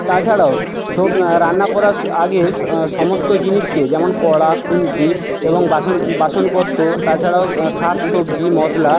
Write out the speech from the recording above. তাছাড়াও রান্না করার আগে সমস্ত জিনিসকে যেমন কড়া খুন্তি এবং বাসন বাসনপত্র তাছাড়াও শাক সবজি মশলা